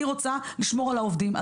אני רוצה לשמור על העובדים.